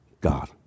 God